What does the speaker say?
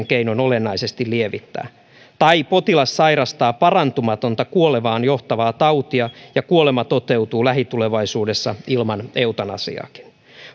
keinoin olennaisesti lievittää tai potilas sairastaa parantumatonta kuolemaan johtavaa tautia ja kuolema toteutuu lähitulevaisuudessa ilman eutanasiaakin